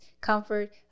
comfort